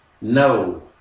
No